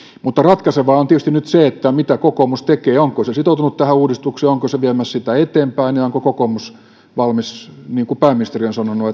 mutta ratkaisevaa on tietysti nyt se mitä kokoomus tekee onko se sitoutunut tähän uudistukseen onko se viemässä sitä eteenpäin ja onko kokoomus valmis siihen niin kuin pääministeri on sanonut